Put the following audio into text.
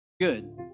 Good